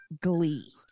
glee